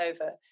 over